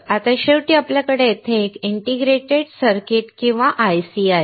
आता शेवटी आपल्याकडे येथे एक इंटिग्रेटेड सर्किट किंवा IC आहे